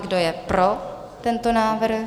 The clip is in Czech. Kdo je pro tento návrh?